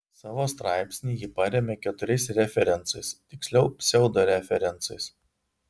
savo straipsnį ji paremia keturiais referencais tiksliau pseudo referencais